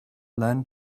learn